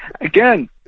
Again